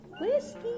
Whiskey